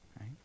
right